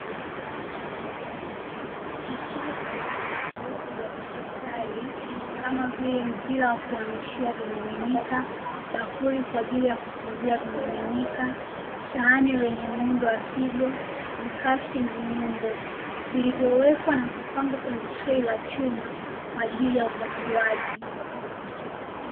Vifaa tofauti tofauti vya hospitali kama vile mpira wakuhamishia vimiminika, bakuli kwa ajili ya kutunzia vimiminika, sahani lenye muundo wa figo, mkasi na nyundo. vilivyowekwa na kupangwa kwenye trey la chuma kwa ajili ya upasuaji.